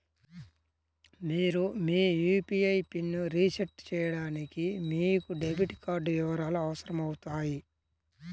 మీరు మీ యూ.పీ.ఐ పిన్ని రీసెట్ చేయడానికి మీకు డెబిట్ కార్డ్ వివరాలు అవసరమవుతాయి